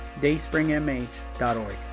dayspringmh.org